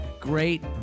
great